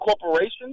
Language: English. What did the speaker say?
corporations